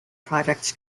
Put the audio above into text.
product